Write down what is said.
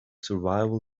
survival